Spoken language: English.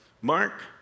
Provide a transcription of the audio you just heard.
Mark